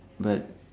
but